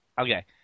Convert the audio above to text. Okay